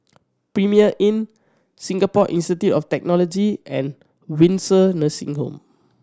Premier Inn Singapore Institute of Technology and Windsor Nursing Home